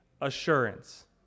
assurance